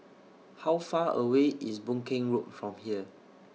How Far away IS Boon Keng Road from here